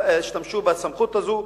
השתמשו בסמכות הזו.